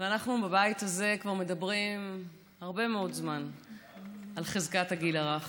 ואנחנו בבית הזה כבר מדברים הרבה מאוד זמן על חזקת הגיל הרך.